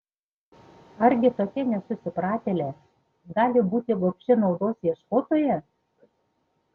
argi tokia nesusipratėlė gali būti gobši naudos ieškotoja